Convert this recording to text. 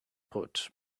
put